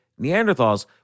Neanderthals